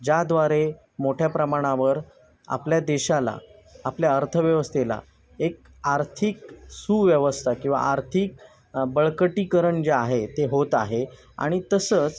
ज्याद्वारे मोठ्या प्रमाणावर आपल्या देशाला आपल्या अर्थव्यवस्थेला एक आर्थिक सुव्यवस्था किंवा आर्थिक बळकटीकरण जे आहे ते होत आहे आणि तसंच